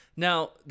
Now